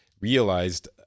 realized